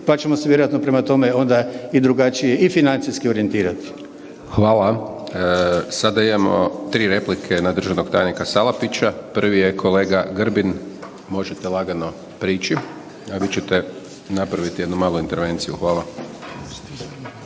pa ćemo se vjerojatno prema toma onda i drugačije i financijski orijentirati. **Hajdaš Dončić, Siniša (SDP)** Hvala. Sada imamo tri replike na državnog tajnika Salapića. Prvi je kolega Grbin, možete lagano priči, a vi ćete napraviti jednu malu intervenciju. Hvala.